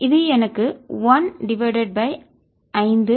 இது எனக்கு 1 divided by ஐந்து